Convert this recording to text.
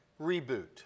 Reboot